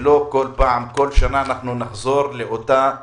שלא כל פעם, כל שנה, אנחנו נחזור לאותה מאטריה.